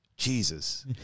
Jesus